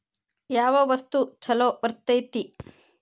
ಯಾವ ವಸ್ತು ಛಲೋ ಬರ್ತೇತಿ?